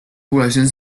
población